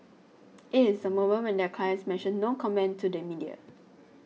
it is the moment when their clients mention no comment to the media